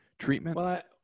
treatment